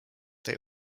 they